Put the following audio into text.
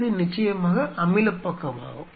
இது நிச்சயமாக அமிலப் பக்கமாகும்